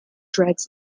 dreads